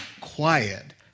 quiet